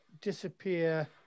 disappear